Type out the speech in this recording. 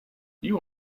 you